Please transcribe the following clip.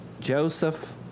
Joseph